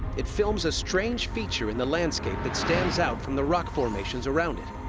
it films a strange feature in the landscape that stands out from the rock formations around it.